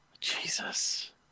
Jesus